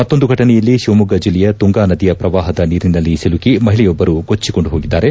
ಮತ್ತೊಂದು ಫಟನೆಯಲ್ಲಿ ಶಿವಮೊಗ್ಗ ಜಿಲ್ಲೆಯ ತುಂಗಾ ನದಿಯ ಪ್ರವಾಹದ ನೀರಿನಲ್ಲಿ ಸಿಲುಕಿ ಮಹಿಳೆಯೊಬ್ಬರು ಕೊಚ್ಚಿಕೊಂಡು ಹೋಗಿದ್ದಾರೆ